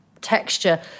texture